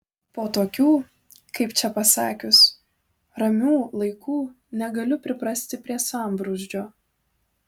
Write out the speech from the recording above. po tokių kaip čia pasakius ramių laikų negaliu priprasti prie sambrūzdžio